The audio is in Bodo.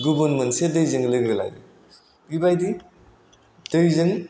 गुबुन मोनसे दैजों लोगो लायो बेबादि दैजों